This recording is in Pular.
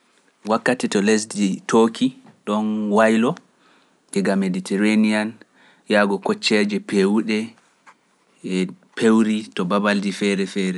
Wakkati to lesdi toki ɗon waylo giga Mediterranean yaago kocceeje pewuɗe e pewri to babaldi feere feere.